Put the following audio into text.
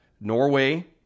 Norway